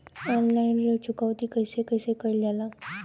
Online ऋण चुकौती कइसे कइसे कइल जाला?